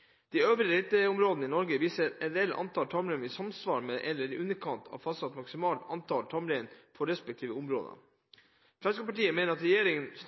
i samsvar med, eller i underkant av, fastsatt maksimalt antall tamrein for de respektive områdene. Fremskrittspartiet mener regjeringen